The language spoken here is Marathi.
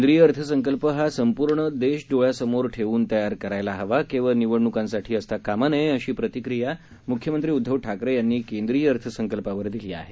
केंद्रीय अर्थसंकल्प हा संपूर्ण देश डोळ्यासमोर ठेवून तयार करायला हवा केवळ निवडणुकांसाठी असता कामा नये अशी प्रतिक्रिया मुख्यमंत्री उद्दव ठाकरे यांनी केंद्रीय अर्थसंकल्पावर दिली आहे